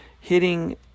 hitting